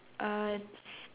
uh